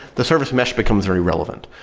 the service message becomes very relevant,